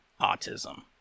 autism